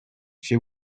she